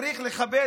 צריך לכבד.